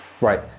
Right